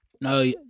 No